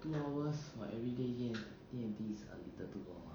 two hours for everyday here D&T is a little too ah